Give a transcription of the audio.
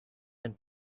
and